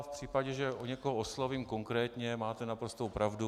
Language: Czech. V případě, že někoho oslovím konkrétně, máte naprostou pravdu.